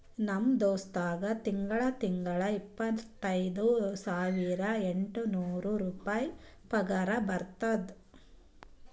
ನಮ್ ದೋಸ್ತ್ಗಾ ತಿಂಗಳಾ ತಿಂಗಳಾ ಇಪ್ಪತೈದ ಸಾವಿರದ ಎಂಟ ನೂರ್ ರುಪಾಯಿ ಪಗಾರ ಬರ್ತುದ್